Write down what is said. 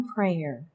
Prayer